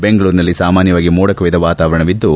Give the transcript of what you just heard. ಬೆಂಗಳೂರಿನಲ್ಲಿ ಸಾಮಾನ್ನವಾಗಿ ಮೋಡದ ವಾತಾವರಣವಿದ್ದು